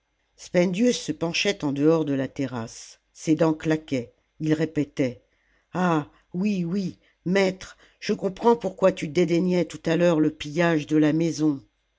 spendius se penchait en dehors de la terrasse ses dents ciaquaient il répétait ah oui oui maître je comprends pourquoi tu dédaignais tout à l'heure le pillage de la maison